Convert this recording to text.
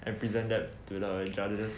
and present that to the judges